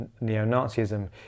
neo-Nazism